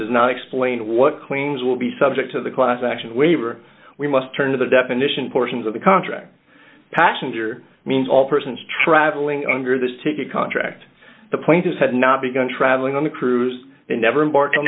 does not explain what claims will be subject to the class action waiver we must turn to the definition portions of the contract passenger means all persons traveling under this ticket contract the plaintiff had not begun travelling on the cruise and never embarke